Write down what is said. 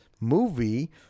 movie